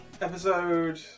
episode